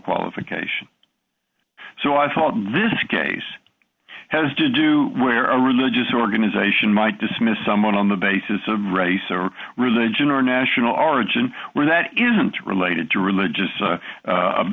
qualification so i thought this case has to do where a religious organization might dismiss someone on the basis of race or religion or national origin where that isn't related to religio